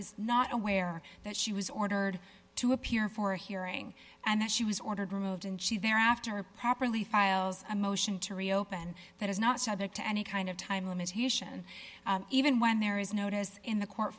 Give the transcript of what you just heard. is not aware that she was ordered to appear for a hearing and that she was ordered removed and she there after properly files a motion to reopen that is not subject to any kind of time limitation even when there is notice in the court